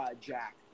Jack